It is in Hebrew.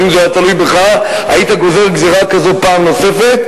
אבל אם זה היה תלוי בך היית גוזר גזירה כזאת פעם נוספת,